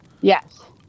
Yes